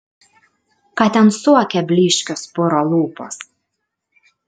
ką ten suokia blyškios puro lūpos